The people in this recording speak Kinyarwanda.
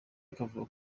akavuga